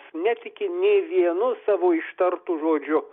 netiki nė vienu savo ištartu žodžiu